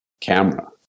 camera